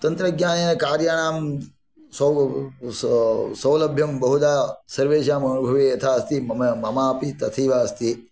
तन्त्रज्ञानेन कार्याणां सौलभ्यं बहुधा सर्वेषाम् अनुभवे यथा अस्ति मम ममापि तथैव अस्ति